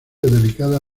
delicada